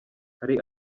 hari